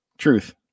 truth